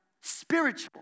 Spiritual